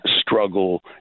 struggle